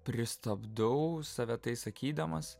pristabdau save tai sakydamas